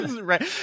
right